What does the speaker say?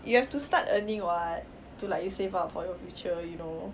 you've to start earning [what] to like you save up for your future you know